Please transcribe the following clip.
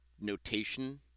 notation